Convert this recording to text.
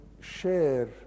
share